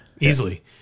Easily